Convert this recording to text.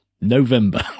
November